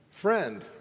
Friend